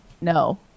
no